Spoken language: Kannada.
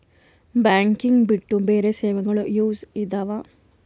ಬ್ಯಾಂಕಿಂಗ್ ಬಿಟ್ಟು ಬೇರೆ ಸೇವೆಗಳು ಯೂಸ್ ಇದಾವ?